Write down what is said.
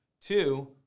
Two